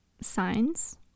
signs